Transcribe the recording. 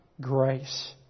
grace